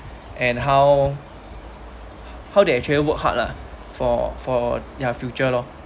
and how how they actually work hard lah for for ya future la